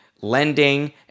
lending